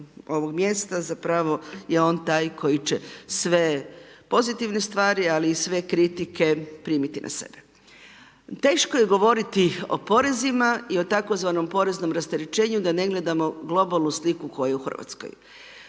ovog mjesta zapravo je on taj koji će sve pozitivne stvari ali i sve kritike primiti na sebe. Teško je govoriti o porezima i o tzv. poreznom rasterećenju da ne gledamo globalnu sliku koja je u Hrvatskoj.